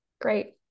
Great